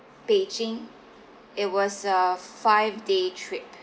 beijing it was a five day trip